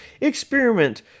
experiment